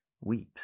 weeps